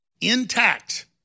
intact